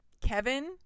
Kevin